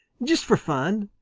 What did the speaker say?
just for fun,